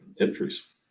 entries